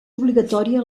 obligatòria